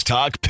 Talk